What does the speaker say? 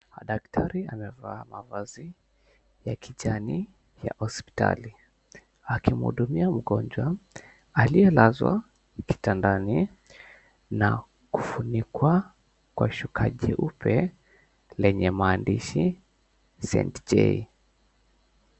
Daktari amevaa mavazi ya kijani ya hospitali, akimhudumia mgonjwa aliyelazwa kitandani na kufunikwa kwa shuka jeupe lenye maandishi St. Jay.